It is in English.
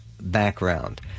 background